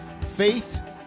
faith